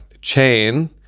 chain